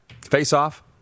face-off